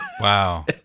Wow